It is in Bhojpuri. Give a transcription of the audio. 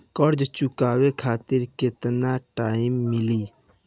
कर्जा चुकावे खातिर केतना टाइम मिली?